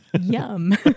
Yum